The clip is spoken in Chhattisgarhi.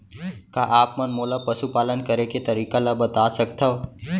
का आप मन मोला पशुपालन करे के तरीका ल बता सकथव?